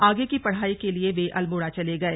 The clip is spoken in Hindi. आगे की पढ़ाई के लिए वे अल्मोड़ा चले गए